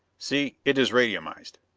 see, it is radiumized.